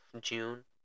June